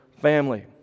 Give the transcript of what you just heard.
family